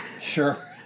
Sure